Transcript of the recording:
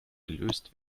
gelöst